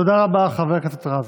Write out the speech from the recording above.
תודה רבה, חבר הכנסת רז.